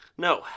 No